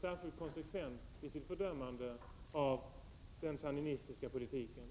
1987/88:129 sandinistiska politiken.